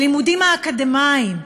הלימודים האקדמיים,